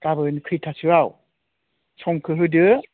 गाबोन खैथासोआव समखौ होदो